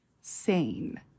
sane